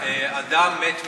אדם מת מהלך.